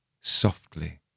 Softly